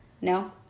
No